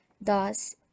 Thus